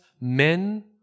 men